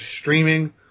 streaming